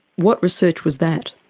what research was that?